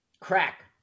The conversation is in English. Crack